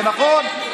זה נכון,